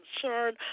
concern